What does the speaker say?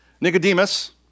Nicodemus